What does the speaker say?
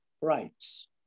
rights